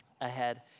ahead